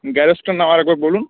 গ্যারেজটার নাম আর একবার বলুন